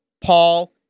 Paul